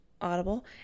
audible